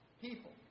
people